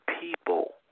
people